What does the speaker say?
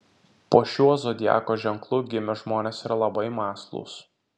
po šiuo zodiako ženklu gimę žmonės yra labai mąslūs